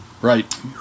Right